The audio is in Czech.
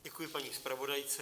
Děkuji paní zpravodajce.